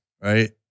Right